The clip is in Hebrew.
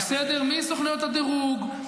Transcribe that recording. מסוכנויות הדירוג,